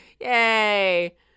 Yay